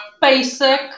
Basic